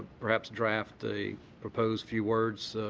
perhaps draft a proposed few words?